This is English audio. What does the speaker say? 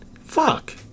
Fuck